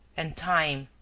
and time,